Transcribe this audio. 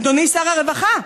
אדוני שר הרווחה,